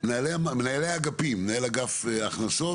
היו מנהלי האגפים, מנהל אגף הכנסות